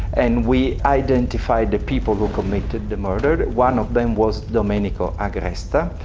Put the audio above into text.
and we identified the people who committed the murder, one of them was domenico agresta.